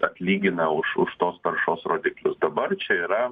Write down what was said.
atlygina už už tos taršos rodiklius dabar čia yra